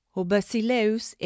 Hobasileus